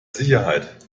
sicherheit